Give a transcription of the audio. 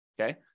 okay